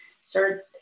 start